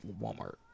Walmart